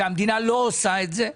שהמדינה לא עושה את זה.